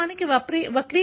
52 0